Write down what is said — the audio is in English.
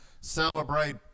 celebrate